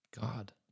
God